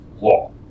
law